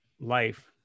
life